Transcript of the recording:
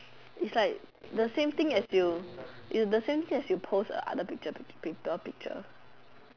it's like the same thing as you the same thing as you post the other picture the printer picture